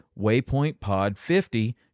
waypointpod50